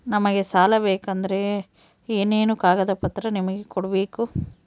ನಮಗೆ ಸಾಲ ಬೇಕಂದ್ರೆ ಏನೇನು ಕಾಗದ ಪತ್ರ ನಿಮಗೆ ಕೊಡ್ಬೇಕು?